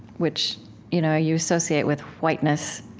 which you know you associate with whiteness,